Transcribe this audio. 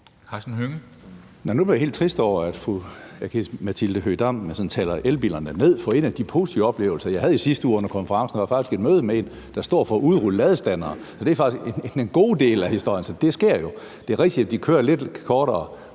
Nu blev jeg helt trist over, at fru Aki-Matilda Høegh-Dam sådan taler elbilerne ned, for en af de positive oplevelser, jeg havde i sidste uge under konferencen, var faktisk et møde med en, der står for at udrulle ladestandere. Så det er faktisk den gode del af historien. Det sker jo. Det er rigtigt, at de ikke kører